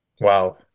Wow